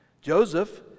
Joseph